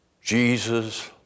Jesus